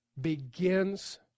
begins